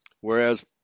whereas